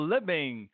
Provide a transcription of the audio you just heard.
Living